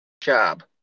job